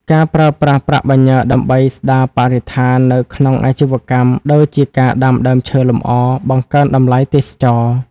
ការប្រើប្រាស់ប្រាក់បញ្ញើដើម្បី "ស្ដារបរិស្ថាន" នៅក្នុងអាជីវកម្ម ដូចជាការដាំដើមឈើលម្អ បង្កើនតម្លៃទេសចរណ៍។